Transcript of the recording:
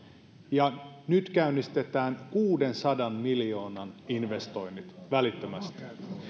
ja nyt käynnistetään kuudensadan miljoonan investoinnit välittömästi